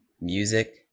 music